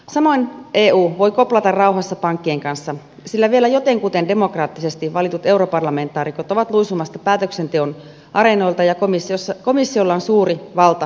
samoin eu voi koplata rauhassa pankkien kanssa sillä vielä jotenkuten demokraattisesti valitut europarlamentaarikot ovat luisumassa päätöksenteon areenoilta ja komissiolla on suuri valta lainsäädäntötyössä